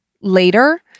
later